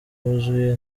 wuzuye